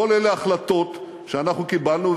כל אלה החלטות שאנחנו קיבלנו.